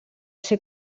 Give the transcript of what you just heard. ser